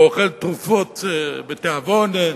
או אוכל תרופות בתיאבון,